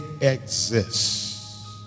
exists